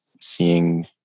seeing